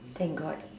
thank god